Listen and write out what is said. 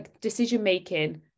decision-making